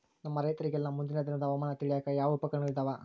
ನಮ್ಮ ರೈತರಿಗೆಲ್ಲಾ ಮುಂದಿನ ದಿನದ ಹವಾಮಾನ ತಿಳಿಯಾಕ ಯಾವ ಉಪಕರಣಗಳು ಇದಾವ?